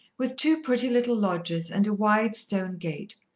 with two pretty little lodges and a wide stone gate,